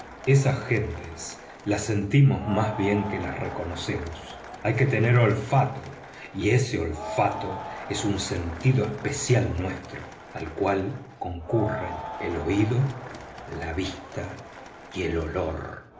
esas gentes las sentimos más bien que las reconocemos hay que tener olfato y ese olfato es un sentido especial nuestro al cual concurren el oído la vista y el olor